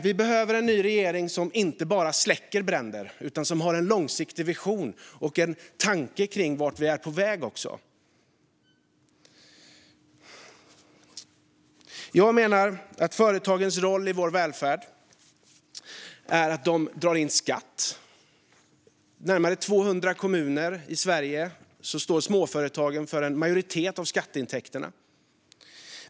Vi behöver en ny regering som inte bara släcker bränder utan som har en långsiktig vision och en tanke om vart vi är på väg. Jag menar att företagens roll i vår välfärd är att dra in skatt. I närmare 200 kommuner i Sverige står småföretagen för en majoritet av skatteintäkterna.